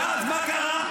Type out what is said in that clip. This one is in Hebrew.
ואז מה קרה?